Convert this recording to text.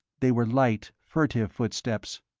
they were light, furtive footsteps.